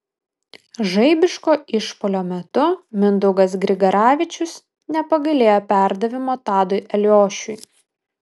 žaibiško išpuolio metu mindaugas grigaravičius nepagailėjo perdavimo tadui eliošiui